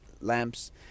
lamps